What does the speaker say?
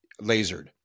lasered